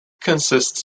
consists